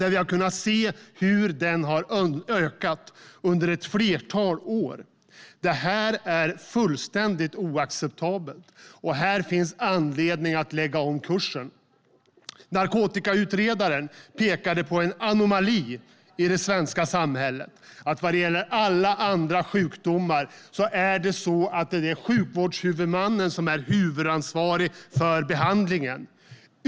Vi har kunnat se hur den har ökat under ett flertal år. Det är fullständigt oacceptabelt, och här finns anledning att lägga om kursen. Narkotikautredaren pekade på en anomali i det svenska samhället: När det gäller alla andra sjukdomar är det sjukvårdshuvudmannen som är huvudansvarig för behandlingen.